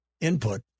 input